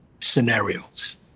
scenarios